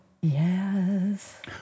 Yes